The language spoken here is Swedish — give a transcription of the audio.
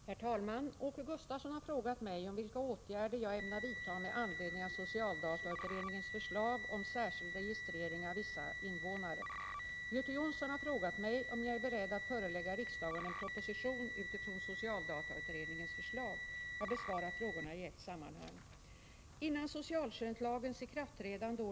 Herr talman! Åke Gustavsson har frågat mig vilka åtgärder jag ämnar vidta med anledning av socialdatautredningens förslag om särskild registrering av vissa invånare. Göte Jonsson har frågat mig om jag är beredd att förelägga riksdagen en proposition utifrån socialdatautredningens förslag. Jag besvarar frågorna i ett sammanhang.